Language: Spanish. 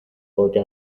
porque